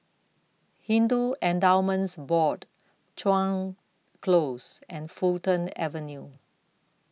Hindu Endowments Board Chuan Close and Fulton Avenue